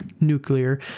nuclear